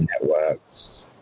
networks